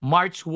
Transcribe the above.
March